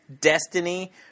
Destiny